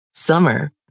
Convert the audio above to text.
Summer